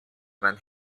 when